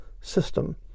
system